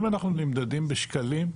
אם אנחנו נמדדים בשקלים,